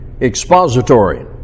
expository